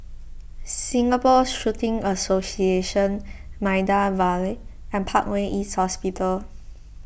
Singapore Shooting Association Maida Vale and Parkway East Hospital